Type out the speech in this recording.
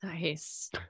Nice